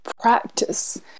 practice